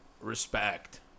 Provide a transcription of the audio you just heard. Respect